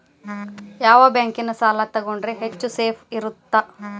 ಯಾವ ಬ್ಯಾಂಕಿನ ಸಾಲ ತಗೊಂಡ್ರೆ ಹೆಚ್ಚು ಸೇಫ್ ಇರುತ್ತಾ?